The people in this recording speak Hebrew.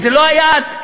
אם זה לא היה אצלנו,